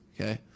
okay